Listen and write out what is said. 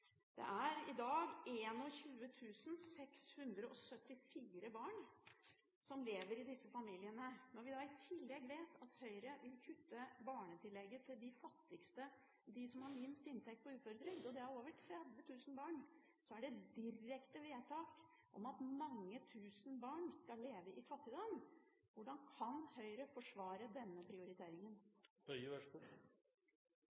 Det er i dag 21 674 barn som lever i disse familiene. Når vi da i tillegg vet at Høyre vil kutte barnetillegget til de fattigste, de som har minst inntekt, de på uføretrygd – og det gjelder over 30 000 barn – er det et direkte vedtak om at mange tusen barn skal leve i fattigdom. Hvordan kan Høyre forsvare denne prioriteringen?